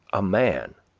a man,